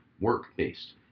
Work-based